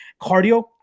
Cardio